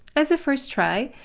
as a first try,